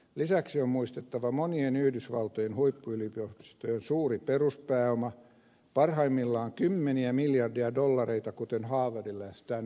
lisäksi on muistettava monien yhdysvaltojen huippuyliopistojen suuri peruspääoma parhaimmillaan kymmeniä miljardeja dollareita kuten haave ylöspäin